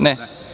Ne.